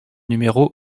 numéro